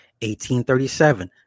1837